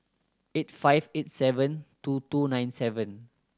eight five eight seven two two nine seven